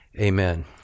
Amen